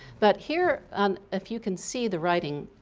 but here, um if you can see the writing,